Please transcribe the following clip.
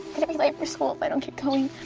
gonna be late for school if i don't get going.